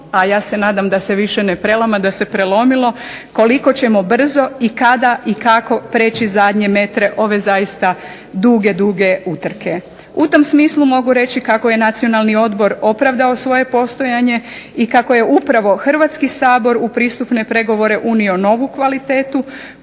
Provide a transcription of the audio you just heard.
a ja se nadam da se više ne prelama, da se prelomilo koliko ćemo brzo i kada i kako prijeći zadnje metre ove zaista duge, duge utrke. U tom smislu mogu reći kako je Nacionalni odbor opravdao svoje postojanje i kako je upravo Hrvatski sabor u pristupne pregovore unio novu kvalitetu